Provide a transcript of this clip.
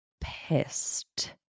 pissed